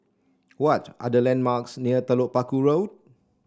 what are the landmarks near Telok Paku Road